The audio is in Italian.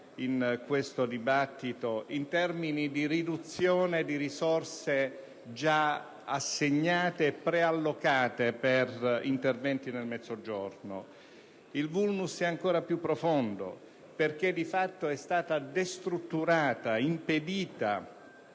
del dibattito, in termini di riduzione delle risorse già assegnate e preallocate per interventi nel Mezzogiorno. Il *vulnus* è ancora più profondo perché, di fatto, è stata destrutturata ed impedita